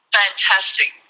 fantastic